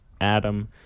Adam